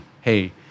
hey